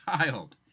child